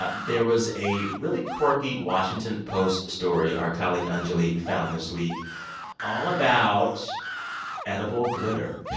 ah there was a really quirky washington post story our colleague anjuli found this week all about edible glitter